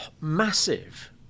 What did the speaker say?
massive